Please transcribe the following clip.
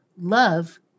love